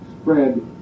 spread